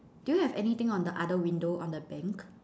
do you have anything on the other window on the bank